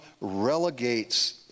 relegates